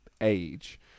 age